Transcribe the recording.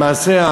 למעשה,